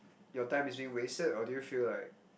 your time is being wasted or do you feel like